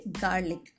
garlic